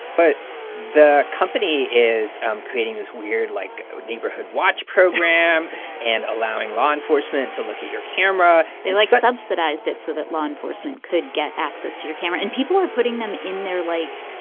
but the company is um creating this weird, like, neighborhood watch program and allowing law enforcement to look at your camera they, like, subsidized it so that law enforcement could get access to your camera. and people are putting them in their, like,